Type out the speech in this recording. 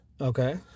Okay